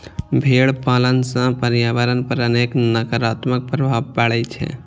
भेड़ पालन सं पर्यावरण पर अनेक नकारात्मक प्रभाव पड़ै छै